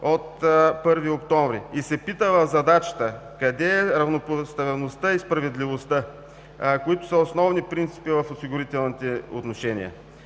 от 1 октомври тази година. И се пита в задачата: къде е равнопоставеността и справедливостта, които са основни принципи в осигурителните отношения?!